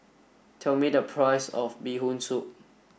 tell me the price of bee hoon soup